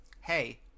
hey